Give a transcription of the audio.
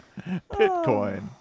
Bitcoin